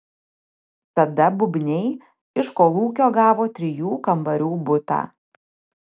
tada bubniai iš kolūkio gavo trijų kambarių butą